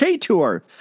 tour